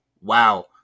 wow